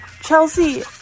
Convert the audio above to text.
Chelsea